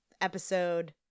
episode